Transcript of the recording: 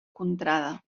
contrada